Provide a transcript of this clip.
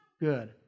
good